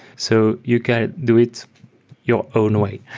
so you can do it your own way.